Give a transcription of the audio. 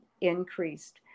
increased